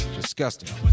disgusting